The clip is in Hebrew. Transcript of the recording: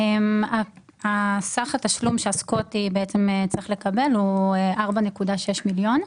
סך התשלום שהסקוטי צריך לקבל ההוא 4.6 מיליון.